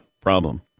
problem